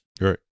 right